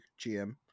GM